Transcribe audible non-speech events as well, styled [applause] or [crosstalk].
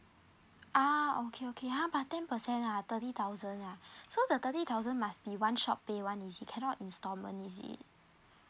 ah okay okay !huh! but ten percent ah thirty thousand ah [breath] so the thirty thousand must be one shot pay [one] is it cannot installment is it